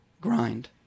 grind